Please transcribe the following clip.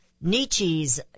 Nietzsche's